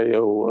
eu